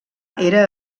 era